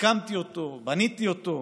הקמתי אותו, בניתי אותו.